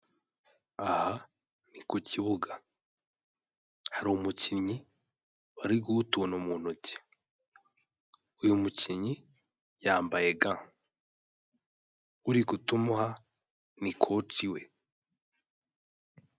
Aha ni ku kibuga hari umukinnyi bari guha utuntu mu ntoki, uyu mukinnyi yambaye ga, uri kutumuha ni koci we.